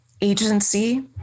agency